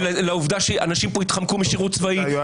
לעובדה שאנשים כאן יתחמקו משירות צבאי.